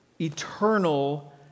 eternal